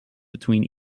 between